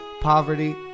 poverty